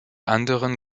anderen